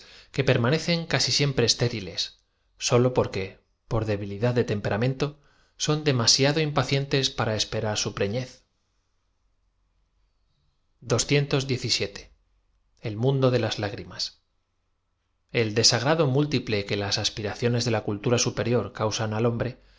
que permane cen siempre estériles sólo porque por debilidad de temperamento son demasiado impacientes para espe rar bu prefiez l mundo de las lágrimas el desagrado mltiple que las aspiraciones de la caltara superior causan al hombre